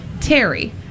Terry